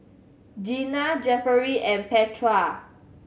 Jeana Jefferey and Petra